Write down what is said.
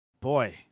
boy